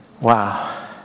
Wow